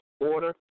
order